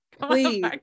please